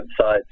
website